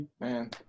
man